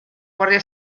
guardia